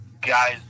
guys